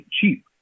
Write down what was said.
cheap